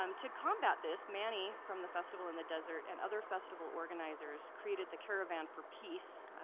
um to combat this, manny from the festival in the desert and other festival organizers created the caravan for peace,